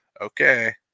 okay